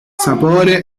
sapore